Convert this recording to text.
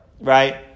right